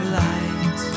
light